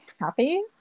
happy